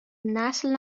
نسل